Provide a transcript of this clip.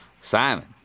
Simon